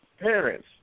Parents